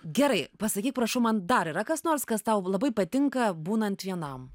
gerai pasakyk prašau man dar yra kas nors kas tau labai patinka būnant vienam